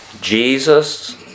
Jesus